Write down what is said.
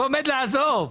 הוא עומד לעזוב.